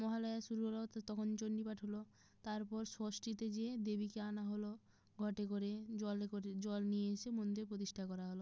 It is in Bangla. মহালয়া শুরু হল তো তখন চণ্ডীপাঠ হল তারপর ষষ্ঠীতে যেয়ে দেবীকে আনা হল ঘটে করে জল করে জল নিয়ে এসে মন্দির প্রতিষ্ঠা করা হল